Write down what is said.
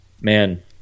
man